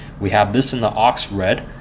we have this in the ox red,